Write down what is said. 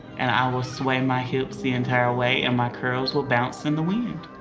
and i will sway my hips the entire way and my curls will bounce in the wind.